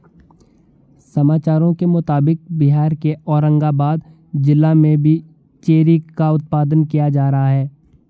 समाचारों के मुताबिक बिहार के औरंगाबाद जिला में भी चेरी का उत्पादन किया जा रहा है